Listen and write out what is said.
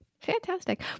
fantastic